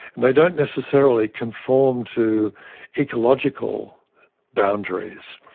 and they don't necessarily conform to ecological boundaries.